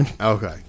Okay